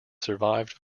survived